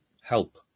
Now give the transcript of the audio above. help